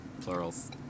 plurals